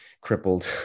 crippled